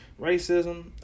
Racism